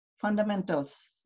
fundamentals